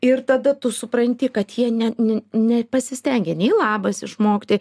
ir tada tu supranti kad jie ne ne nepasistengė nei labas išmokti